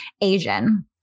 Asian